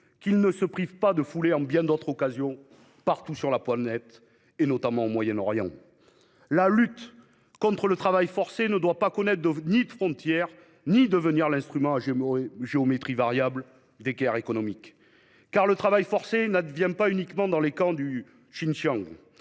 qu'ils ne se privent pas de fouler en bien d'autres occasions, partout sur la planète, et notamment au Moyen-Orient. La lutte contre le travail forcé ne doit ni connaître de frontières ni devenir l'instrument à géométrie variable des guerres économiques. Le travail forcé n'advient pas uniquement dans les camps du Xinjiang.